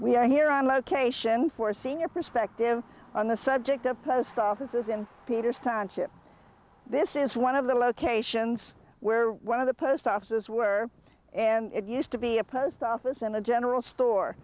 we are here on location for seeing your perspective on the subject of post offices in theaters timeship this is one of the locations where one of the post offices were and it used to be a post office and the general store